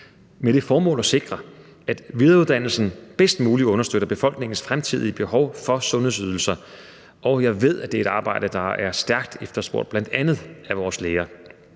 med det formål at sikre, at videreuddannelsen bedst muligt understøtter befolkningens fremtidige behov for sundhedsydelser. Jeg ved, det er et arbejde, der er stærkt efterspurgt, bl.a. af vores læger.